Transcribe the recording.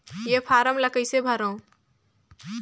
ये फारम ला कइसे भरो?